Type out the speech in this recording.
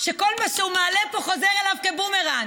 שכל מה שהוא מעלה פה חוזר אליו כבומרנג,